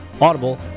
Audible